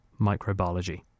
microbiology